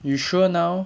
you sure now